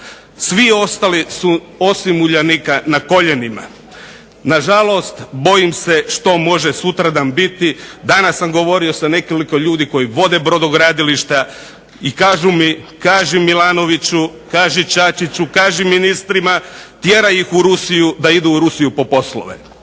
Svi su ostali su osim Uljanika na koljenima. Nažalost, bojim se što može sutradan biti. Danas sam govorio sa nekoliko ljudi koji vode brodogradilišta i kažu mi kaži Milanoviću, kaži Čačiću, kaži ministrima, tjeraj ih u Rusiju da idu u Rusiju po poslove.